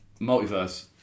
Multiverse